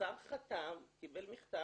השר חתם, הוא קיבל מכתב,